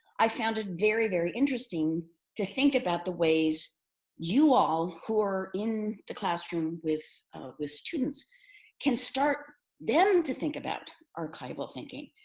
i found it very, very interesting to think about the ways you all who are in the classroom with with students can start them to think about archival thinking.